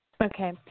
Okay